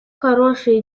хорошие